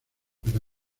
pero